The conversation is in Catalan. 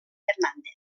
fernández